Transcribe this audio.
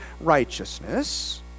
righteousness